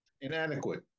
inadequate